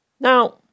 Now